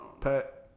Pat